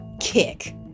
kick